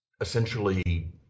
essentially